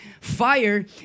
Fire